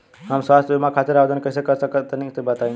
हम स्वास्थ्य बीमा खातिर आवेदन कइसे करि तनि बताई?